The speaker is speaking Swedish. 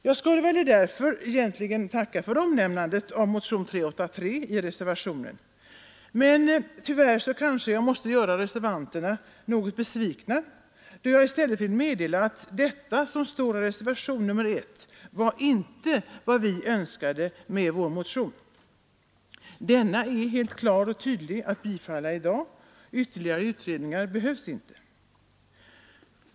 Jag skulle väl därför egentligen tacka för omnämnandet av motionen 383 i reservationen, men tyvärr kanske jag måste göra reservanterna något besvikna då jag i stället vill meddela, att det som står i reservationen 1 inte var vad vi önskat med vår motion. Denna är helt klar att bifalla i dag. Ytterligare utredningar behövs inte.